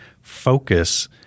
focus